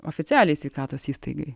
oficialiai sveikatos įstaigai